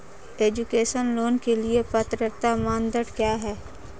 Education loan के लिए पात्रता मानदंड क्या है?